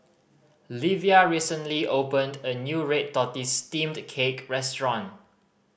Livia recently opened a new red tortoise steamed cake restaurant